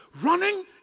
running